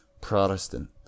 Protestant